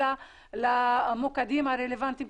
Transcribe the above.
אלא למוקדים הרלבנטיים,